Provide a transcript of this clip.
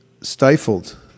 stifled